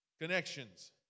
Connections